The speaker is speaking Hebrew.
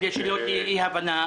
כדי שלא תהיה אי-הבנה,